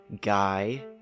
guy